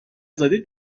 زاده